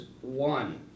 one